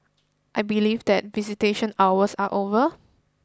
I believe that visitation hours are over